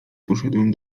poszedłem